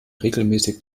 regelmäßig